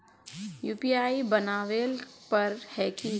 UPI बनावेल पर है की?